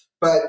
But-